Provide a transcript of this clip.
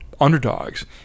underdogs